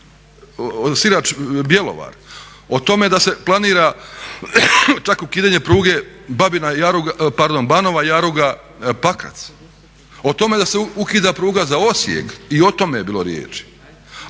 o tome da se planira čak ukidanje pruge Babina Jaruga, pardon Banova Jaruga – Pakrac. O tome da se ukida pruga za Osijek i o tome je bilo riječi.